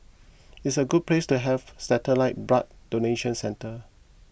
it's a good place to have satellite blood donation centre